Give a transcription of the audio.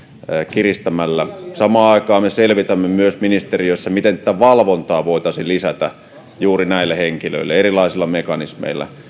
kiristämällä samaan aikaan me selvitämme ministeriössä myös sitä miten valvontaa voitaisiin lisätä juuri näille henkilöille erilaisilla mekanismeilla